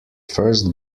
first